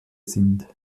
sind